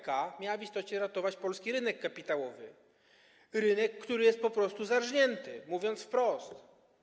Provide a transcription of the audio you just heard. Ustawa o PPK miała w istocie ratować polski rynek kapitałowy, rynek, który jest po prostu zarżnięty, mówiąc wprost.